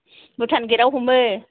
भुटाव gate आव हमो